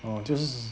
orh 就是是